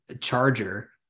Charger